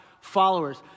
followers